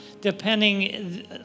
depending